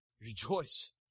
Rejoice